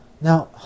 Now